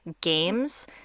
games